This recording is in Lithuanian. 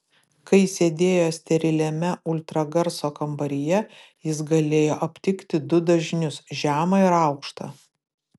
kai sėdėjo steriliame ultragarso kambaryje jis galėjo aptikti du dažnius žemą ir aukštą